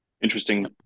Interesting